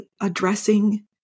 addressing